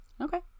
Okay